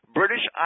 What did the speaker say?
British